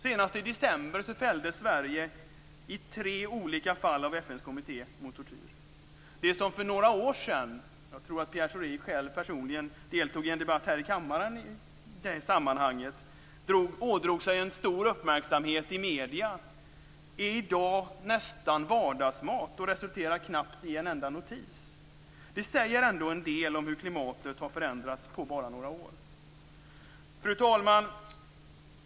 Senast i december fälldes Sverige i 3 olika fall av FN:s kommitté mot tortyr. Det som för några år sedan - jag tror att Pierre Schori själv i det sammanhanget deltog i en debatt här i kammaren - åtdrog sig stor uppmärksamhet i medierna är i dag nästan vardagsmat och resulterar knappt i en enda notis. Det säger ändå en del om hur klimatet på bara några år har förändrats. Fru talman!